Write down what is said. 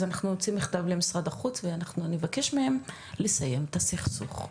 אז אנחנו נוציא מכתב למשרד החוץ ואני אבקש מהם לסיים את הסכסוך.